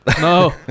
no